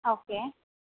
okay